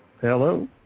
Hello